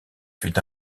fut